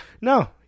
no